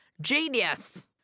Genius